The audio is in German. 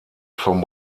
vom